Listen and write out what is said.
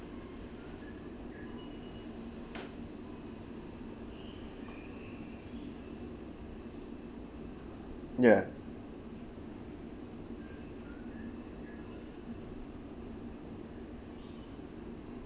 ya